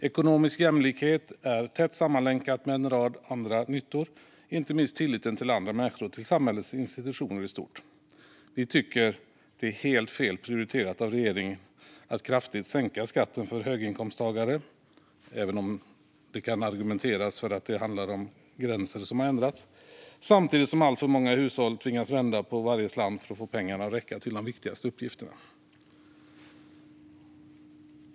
Ekonomisk jämlikhet är tätt sammanlänkat med en rad andra nyttor, inte minst tilliten till andra människor och samhällets institutioner i stort. Det är helt fel prioriterat av regeringen att kraftigt sänka skatten för höginkomsttagare - även om det kan argumenteras för att det handlar om gränser som ändrats - samtidigt som alltför många hushåll tvingas vända på varje slant för att få pengarna att räcka till de viktigaste utgifterna.